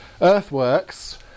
Earthworks